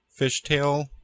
fishtail